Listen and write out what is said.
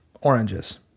oranges